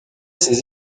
ses